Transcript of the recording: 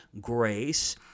grace